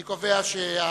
תודה.